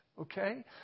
Okay